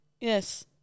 yes